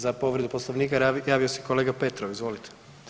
Za povredu Poslovnika javio se kolega Petrov, izvolite.